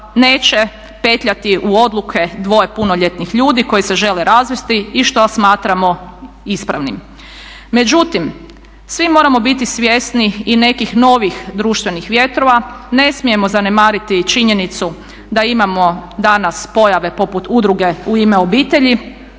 neće petljati u odluke dvoje punoljetnih ljudi koji se žele razvesti i što smatramo ispravnim. Međutim, svi moramo biti svjesni i nekih novih društvenih vjetrova. Ne smijemo zanemariti i činjenicu da imamo danas pojave poput udruge "U ime obitelji",